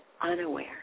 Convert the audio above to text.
unaware